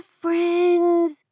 friends